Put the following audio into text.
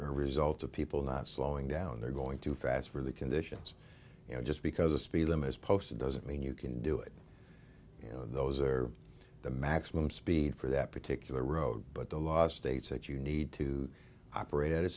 a result of people not slowing down they're going too fast for the conditions you know just because a speed limit is posted doesn't mean you can do it you know those are the maximum speed for that particular road but the law states that you need to operate